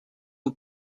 aux